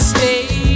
Stay